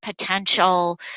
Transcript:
potential